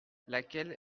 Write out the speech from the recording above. laquelle